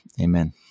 amen